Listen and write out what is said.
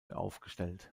aufgestellt